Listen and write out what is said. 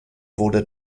wurde